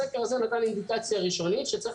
הסקר הזה נתן לי אינדיקציה ראשונית שצריך